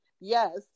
yes